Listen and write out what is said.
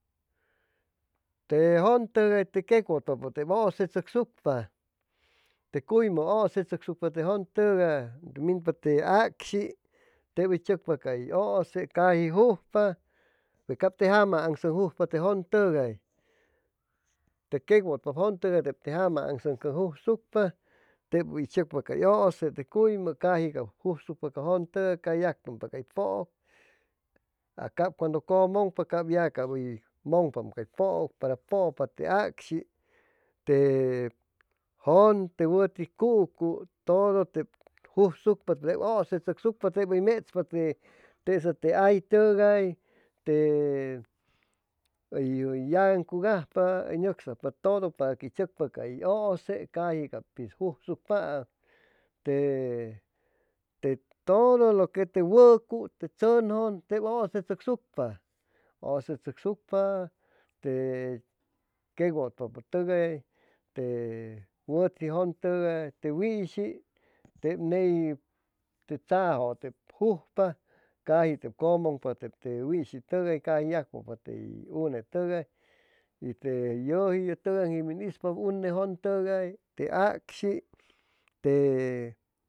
Te jʉn tʉgay te queqwʉtpapʉ tep ʉʉse tzʉcsucpa te cuymʉ ʉʉse tzʉcsucpa te jʉn tʉgay minpa te acshi tep hʉy tzʉcpa cay ʉʉse caji jujpa pe cap te jama aŋsʉŋ jujpa te jʉn tʉgay te queqwʉtpa te jʉn tʉgay te te jama aŋsaŋ jujsucpa tep hʉy tzʉcpa cay ʉʉse te cuymʉ caji cap cusujpa ca jʉn tʉgay cay yacpʉpa cay pʉʉca cap cuando cʉ mʉŋpa cap ya cap mʉŋpam cay pʉʉc pʉpa te acshi te jʉn te wʉti cucu todo tep ujsucpa todo tep hʉy mechpa tesa te hay tʉgay te hʉy hʉy yagaŋcugajpa hʉy nʉcsajpa todo paque tzʉcpa cay ʉʉse te caji cap pi jujsucpaam te te todo lo que te wʉku te tzʉnjʉn tep ʉʉse tzʉcsucpa ʉʉse tzʉcsucpa te queqwʉtpapʉtʉgay te wʉti jʉn tʉgay te wiishi tep ney te tzajʉ tep jujpa caji tep te cʉmʉŋpa tep te wiishi tʉgay cay yagpʉpa tey unetʉgay y te yʉji ye tʉgaŋji min ispa une jʉn tʉgay te acshi te